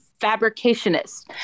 fabricationists